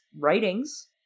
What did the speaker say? writings